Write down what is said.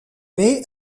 mai